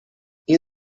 این